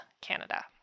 Canada